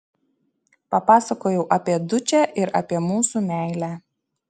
papasakojau apie dučę ir apie mūsų meilę